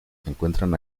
encuentran